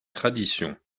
tradition